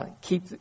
keep